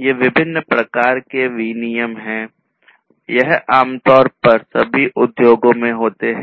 ये विभिन्न प्रकार के विनियम हैं यह आमतौर पर सभी उद्योगों में होते हैं